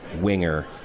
winger